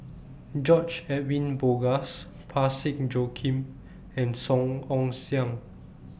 George Edwin Bogaars Parsick Joaquim and Song Ong Siang